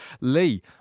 Lee